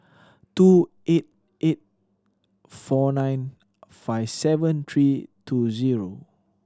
two eight eight four nine five seven three two zero